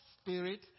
spirit